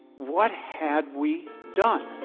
what had we done?